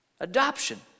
Adoption